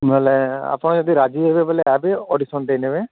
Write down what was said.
ବୋଲେ ଆପଣ ଯଦି ରାଜି ହୋଇଯିବେ ବୋଲେ ଆଜି ଅଡିସନ ଦେଇଦେବେ